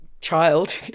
child